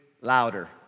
Louder